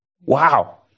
Wow